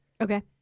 Okay